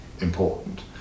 important